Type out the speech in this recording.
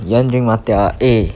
you want drink Martell ah eh